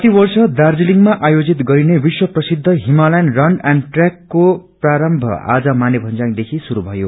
प्रतिवर्ष दार्जीलिङमा आयोजित गरिने विश्व प्रसिद्ध हिमालयन रन एण्ड ट्रेकको प्रारम्भ आज मानेभ्जयांग देखि शुरू भएको छ